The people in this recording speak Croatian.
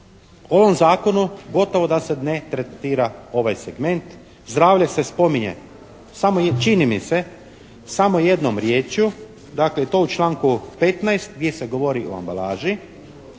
U ovom zakonu gotovo da se ne tretira ovaj segment. Zdravlje se spominje samo, čini mi se, samo jednom riječju, dakle i to u članku 15. gdje se govori o ambalaži.